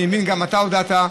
אני מבין, גם אתה הודעת.